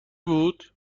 بود